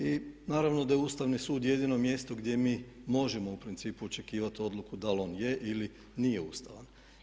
I naravno da je Ustavni sud jedino mjesto gdje mi možemo u principu očekivat odluku da li on je ili nije ustavan.